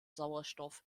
sauerstoff